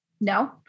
No